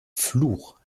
fluch